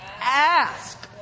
ask